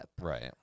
right